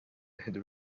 had